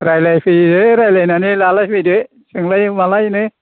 रायज्लायफैयो रायज्लायनानै लालायफैदो सोंलाय मालायनो